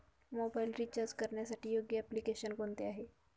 Mobile recharge करण्यासाठी योग्य application कोणते आहे?